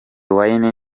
wayne